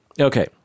Okay